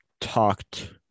talked